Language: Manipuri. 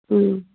ꯎꯝ